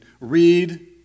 read